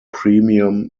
premium